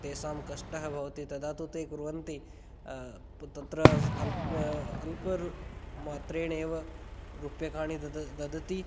तेषां कष्टं भवति तदा तु ते कुर्वन्ति तत्र अल्प् अल्प मात्रेणैव रूप्यकाणि दद् ददति